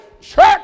church